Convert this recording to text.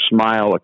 smile